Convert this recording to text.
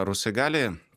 rusai gali